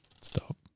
Stop